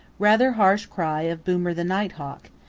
rather harsh cry of boomer the nighthawk,